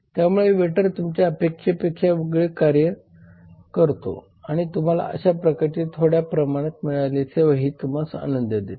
त्यामुळे वेटर तुमच्या अपेक्षेपेक्षा वेगळे कार्य करतो आणि तुम्हाला अशा प्रकारची थोड्या प्रमाणात मिळालेली सेवा ही तुम्हास आनंद देते